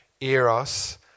eros